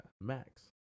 Max